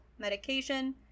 medication